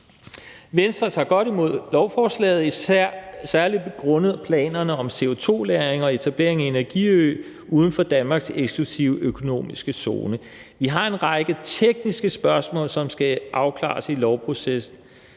Venstre tager godt imod lovforslaget, særlig grundet planerne om CO2-lagring og etablering af en energiø uden for Danmarks eksklusive økonomiske zone. Vi har en række tekniske spørgsmål, som skal afklares i lovprocessen.